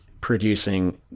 producing